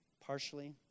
Partially